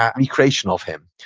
um recreation of him